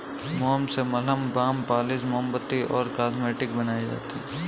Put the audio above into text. मोम से मलहम, बाम, पॉलिश, मोमबत्ती और कॉस्मेटिक्स बनाई जाती है